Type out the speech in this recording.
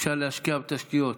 אפשר להשקיע בתשתיות,